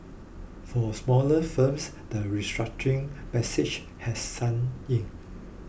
for smaller firms the restructuring message has sunk in